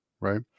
Right